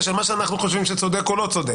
של מה שאנחנו חושבים שצודק או לא צודק.